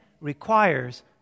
requires